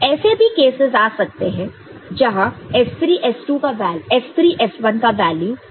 ऐसे भी केसस आ सकते हैं जहां S3 S1 का वैल्यू हाय है